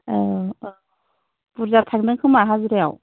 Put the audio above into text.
अ' औ बुरजाथा थांदों खोमा हाजिरायाव